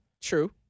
True